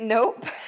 Nope